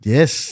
Yes